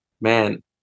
man